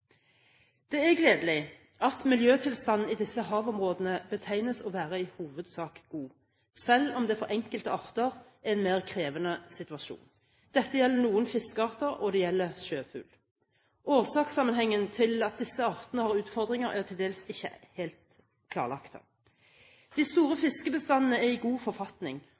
Det er gledelig at miljøtilstanden i disse havområdene betegnes som å være i hovedsak god, selv om det for enkelte arter er en mer krevende situasjon. Dette gjelder noen fiskearter, og det gjelder sjøfugl. Årsakssammenhengen ved at disse artene har utfordringer, er til dels ikke helt klarlagt. De store fiskebestandene er i god forfatning,